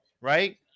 Right